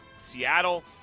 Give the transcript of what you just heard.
Seattle